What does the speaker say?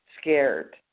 scared